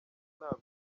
ntabwo